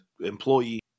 employee